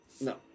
No